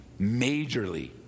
majorly